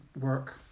work